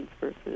versus